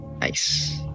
nice